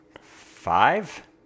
Five